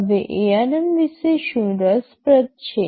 હવે ARM વિશે શું રસપ્રદ છે